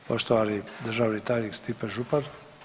Poštovani državni tajnik Stipe Župan.